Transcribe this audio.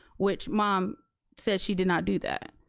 which mom said she did not do that.